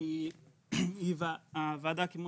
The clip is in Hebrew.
היא ועדה כמו